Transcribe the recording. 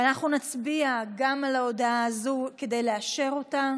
אנחנו נצביע גם על ההודעה הזאת כדי לאשר אותה.